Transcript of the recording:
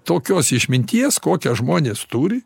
tokios išminties kokią žmonės turi